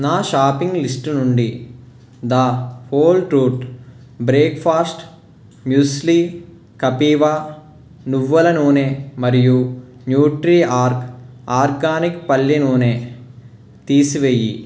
నా shopping list నుండి the Whole Truth breakfast muesli Kapiva నువ్వుల నూనె మరియు న్యూట్రీ ఆర్క్ ఆర్గానిక్ పల్లి నూనె తీసివేయి